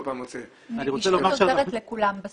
נגישות עוזרת לכולם בסוף.